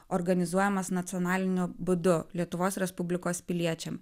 organizuojamas nacionaliniu būdu lietuvos respublikos piliečiam